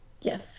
Yes